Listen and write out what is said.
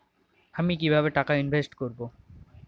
আমি কিভাবে টাকা ইনভেস্ট করব?